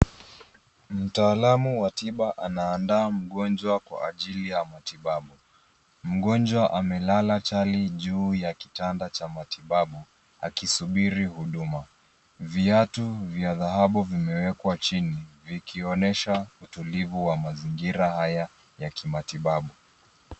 Mtaalamu wa tiba anaanda mgonjwa kwa ajili ya matibabu. Mgonjwa amelala chali juu ya kitanda cha matibabu akisubiri huduma. Viatu vya dhahabu vimewekwa chini vikionyesha utulivu wa mazingira haya ya kimatibabu.